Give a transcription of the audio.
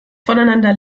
voneinander